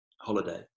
holiday